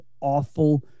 awful